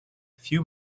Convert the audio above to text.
few